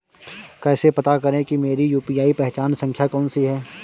कैसे पता करें कि मेरी यू.पी.आई पहचान संख्या कौनसी है?